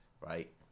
right